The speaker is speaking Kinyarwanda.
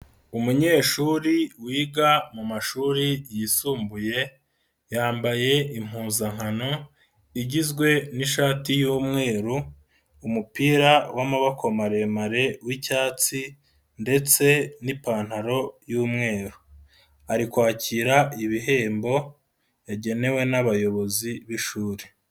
Umunyeshuri wiga mu mashuri yisumbuye, yambaye impuzankano igizwe n'ishati y'mweru, umupira w'amaboko maremare w'icyatsi ndetse n'ipantaro y'umweru, ari kwakira ibihembo yagenewe n'abayobozi b'ishuri.